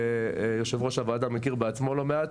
ויושב הראש מכיר בעצמו לא מעט,